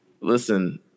Listen